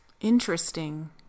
interesting